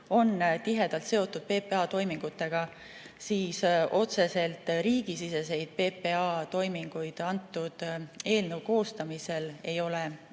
on tihedalt seotud PPA toimingutega, otseselt riigisiseseid PPA toiminguid selle eelnõu koostamisel ei ole